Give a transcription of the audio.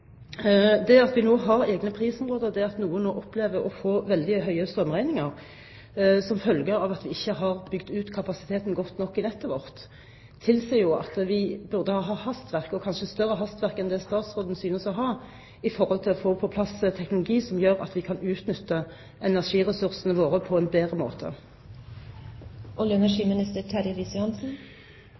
Det at vi nå har egne prisområder, det at noen opplever å få veldig høye strømregninger som følge av at vi ikke har bygd ut kapasiteten godt nok i nettet vårt, tilsier at vi burde ha hastverk – kanskje større hastverk enn det statsråden synes å ha – når det gjelder å få på plass en teknologi som gjør at vi kan utnytte energiressursene våre på en bedre måte.